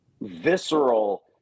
visceral